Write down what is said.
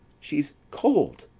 she's cold,